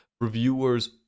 Reviewers